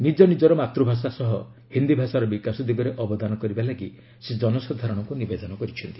ନିଜନିଜର ମାତୃଭାଷା ସହ ହିନ୍ଦୀ ଭାଷାର ବିକାଶ ଦିଗରେ ଅବଦାନ କରିବାକୁ ସେ ଜନସାଧାରଣଙ୍କୁ ନିବେଦନ କରିଛନ୍ତି